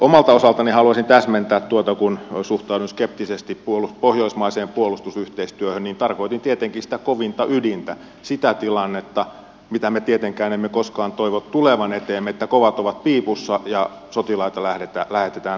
omalta osaltani haluaisin täsmentää että kun suhtauduin skeptisesti pohjoismaiseen puolustusyhteistyöhön niin tarkoitin tietenkin sitä kovinta ydintä sitä tilannetta mitä me tietenkään emme koskaan toivo tulevan eteemme että kovat ovat piipussa ja sotilaita lähetetään taisteluun